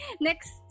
next